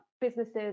businesses